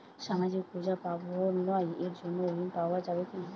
সামাজিক পূজা পার্বণ এর জন্য ঋণ পাওয়া যাবে কি?